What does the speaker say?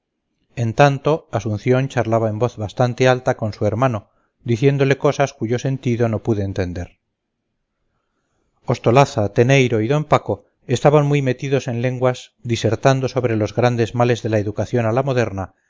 en tanto asunción charlaba en voz bastante alta con su hermano diciéndole cosas cuyo sentido no pude entender ostolaza teneyro y d paco estaban muy metidos en lenguas disertando sobre los grandes males de la educación a la moderna